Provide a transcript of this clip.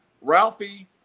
Ralphie